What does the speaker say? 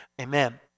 amen